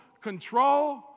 Control